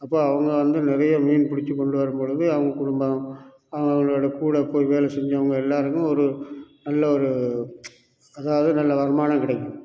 அப்போது அவங்க வந்து நிறைய மீன் பிடிச்சி கொண்டு வரும் பொழுது அவங்க குடும்பம் அவங்களோடு கூட போய் வேலை செஞ்சவங்க எல்லோருமே ஒரு நல்ல ஒரு அதாவது நல்ல வருமானம் கிடைக்கும்